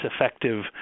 effective